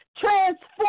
transform